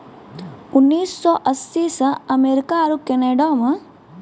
उन्नीस सौ अस्सी से अमेरिका आरु कनाडा मे